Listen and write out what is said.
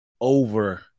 over